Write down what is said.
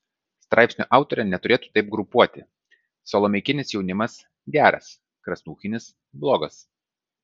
straipsnio autorė neturėtų taip grupuoti salomeikinis jaunimas geras krasnuchinis blogas